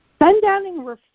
Sundowning